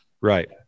right